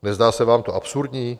Nezdá se vám to absurdní?